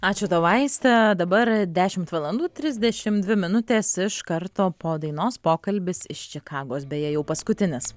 ačiū tau aiste dabar dešimt valandų trisdešim dvi minutės iš karto po dainos pokalbis iš čikagos beje jau paskutinis